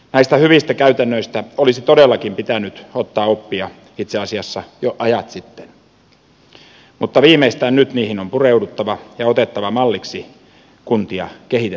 näistä hyvistä käytännöistä olisi todellakin pitänyt ottaa oppia itse asiassa jo ajat sitten mutta viimeistään nyt niihin on pureuduttava ja ne on otettava malliksi kuntia kehitettäessä